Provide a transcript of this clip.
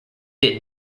did